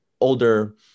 older